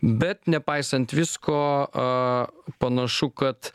bet nepaisant visko a panašu kad